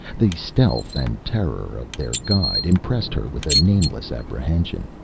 the stealth and terror of their guide, impressed her with a nameless apprehension,